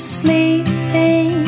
sleeping